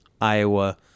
Iowa